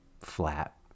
flat